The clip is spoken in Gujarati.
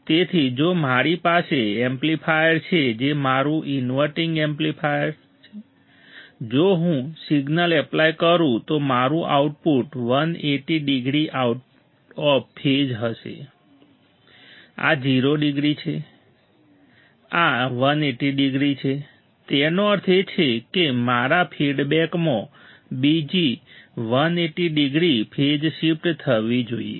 તેથી જો મારી પાસે એમ્પ્લીફાયર છે જે મારું ઇન્વર્ટીંગ એમ્પ્લીફાયર જો હું સિગ્નલ એપ્લાય કરું તો મારું output 180 degree out of phase હશે આ 0 છે આ 180 ડિગ્રી છે તેનો અર્થ એ કે મારા ફીડબેકમાં બીજી 180 ડિગ્રી ફેઝ શિફ્ટ થવી જોઈએ